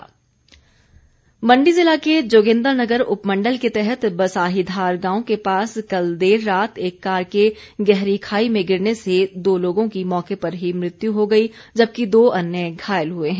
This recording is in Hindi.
दुर्घटना मण्डी जिला के जोगिन्द्रनगर उपमण्डल के तहत बसाहीधार गांव के पास कल देर रात एक कार के गहरी खाई में गिरने से दो लोगों की मौके पर ही मृत्यु हो गई जबकि दो अन्य घायल हुए हैं